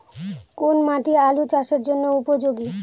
কোন মাটি আলু চাষের জন্যে উপযোগী?